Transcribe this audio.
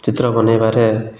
ଚିତ୍ର ବନାଇବାରେ